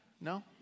No